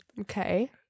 Okay